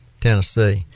Tennessee